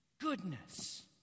goodness